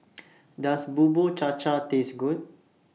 Does Bubur Cha Cha Taste Good